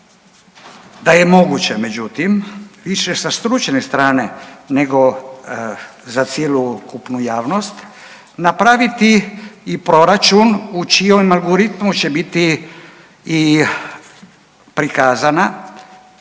da je moguće, međutim više sa stručne strane nego za cjelokupnu javnost napraviti i proračun u čijem algoritmu će biti i prikazane